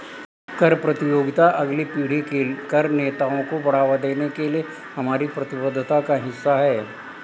कर प्रतियोगिता अगली पीढ़ी के कर नेताओं को बढ़ावा देने के लिए हमारी प्रतिबद्धता का हिस्सा है